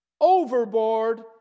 overboard